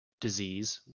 disease